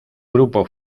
grupo